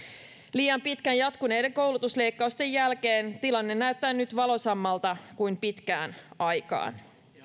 liian pitkään jatkuneiden koulutusleikkausten jälkeen tilanne näyttää nyt valoisammalta kuin pitkään aikaan